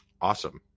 Awesome